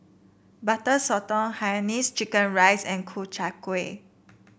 Butter Sotong Hainanese Chicken Rice and Ku Chai Kuih